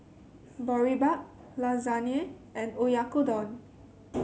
Boribap Lasagne and Oyakodon